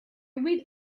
read